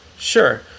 Sure